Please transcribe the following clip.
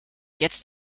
jetzt